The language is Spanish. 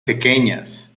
pequeñas